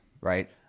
right